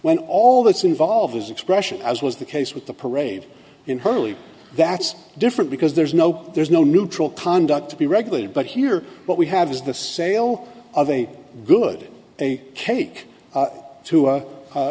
when all that's involved is expression as was the case with the parade in her early that's different because there's no there's no neutral conduct to be regulated but here what we have is the sale of a good a cake